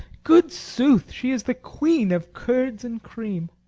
good sooth, she is the queen of curds and cream.